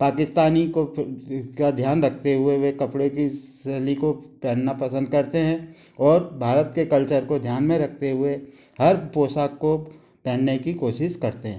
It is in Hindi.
पाकिस्तानी को का ध्यान रखते हुए वे कपड़े की शैली को पहनना पसंद करते हैं और भारत के कल्चर को ध्यान में रखते हुए हर पोशाक को पहनने की कोशिश करते हैं